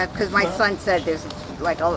cause my son said there's like,